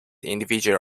individual